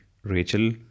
Rachel